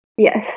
Yes